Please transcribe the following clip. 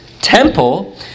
temple